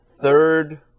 third